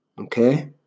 okay